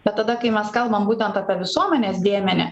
bet tada kai mes kalbam būtent apie visuomenės dėmenį